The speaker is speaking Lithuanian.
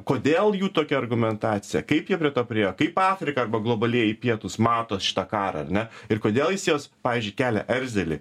kodėl jų tokia argumentacija kaip jie prie to priėjo kaip afrika arba globalieji pietūs mato šitą karą ar ne ir kodėl jis jos pavyzdžiui kelia erzelį